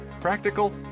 Practical